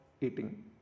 eating